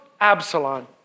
Absalom